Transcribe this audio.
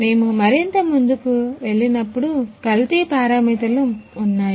మేము మరింత ముందుకు వెళ్ళినప్పుడు కల్తీ పారామితులు ఉన్నాయి